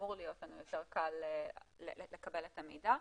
אמור להיות לנו יותר קל לקבל את המידע.